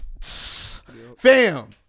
fam